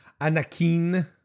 Anakin